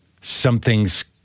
something's